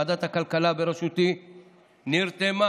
ועדת הכלכלה בראשותי נרתמה